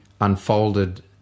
unfolded